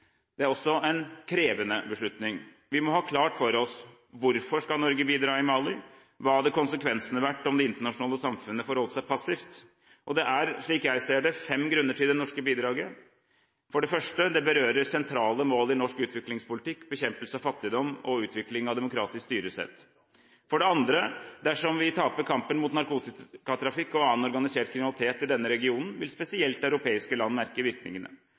Det er også en krevende beslutning. Vi må ha klart for oss: Hvorfor skal Norge bidra i Mali? Hva hadde konsekvensene vært om det internasjonale samfunnet forholdt seg passivt? Det er, slik jeg ser det, fem grunner til det norske bidraget. For det første: Det berører sentrale mål i norsk utviklingspolitikk – bekjempelse av fattigdom og utvikling av demokratisk styresett. For det andre: Dersom vi taper kampen mot narkotikatrafikk og annen organisert kriminalitet i denne regionen, vil spesielt europeiske land merke virkningene.